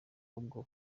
ubwo